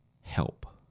help